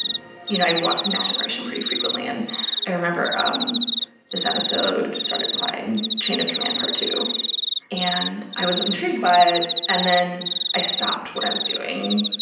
you know i watched the next generation pretty frequently and i remember um this episode started playing chain of command part two and i was intrigued by it and then i stopped what i was doing